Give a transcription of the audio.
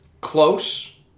close